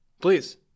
Please